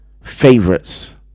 favorites